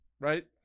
right